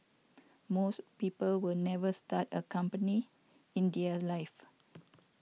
most people will never start a company in their lives